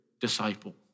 disciple